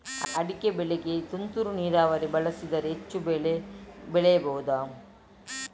ಅಡಿಕೆ ಬೆಳೆಗೆ ತುಂತುರು ನೀರಾವರಿ ಬಳಸಿದರೆ ಹೆಚ್ಚು ಬೆಳೆ ಬೆಳೆಯಬಹುದಾ?